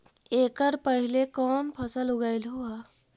एकड़ पहले कौन फसल उगएलू हा?